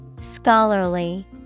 Scholarly